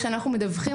כשאנחנו מדווחים,